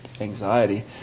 anxiety